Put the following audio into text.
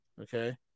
okay